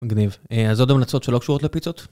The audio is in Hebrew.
מגניב, אז עוד המלצות שלא קשורות לפיצות?